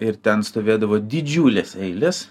ir ten stovėdavo didžiulės eilės